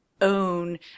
own